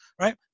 right